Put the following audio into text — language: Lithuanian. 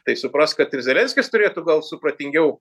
tai suprask kad ir zelenskis turėtų gal supratingiau